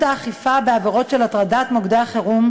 האכיפה בעבירות של הטרדת מוקדי החירום,